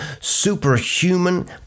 superhuman